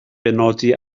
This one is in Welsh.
benodi